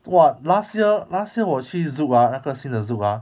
!wah! last year last year 我去 zouk ah 那个新的 zouk ah